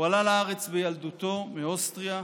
הוא עלה לארץ בילדותו מאוסטריה.